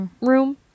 Room